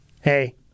hey